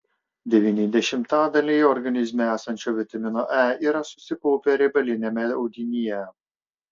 devyni dešimtadaliai organizme esančio vitamino e yra susikaupę riebaliniame audinyje